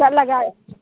ꯆꯠꯂꯒ